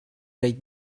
like